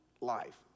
life